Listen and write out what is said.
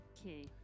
Okay